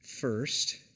first